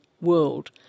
world